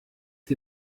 die